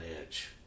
edge